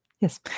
yes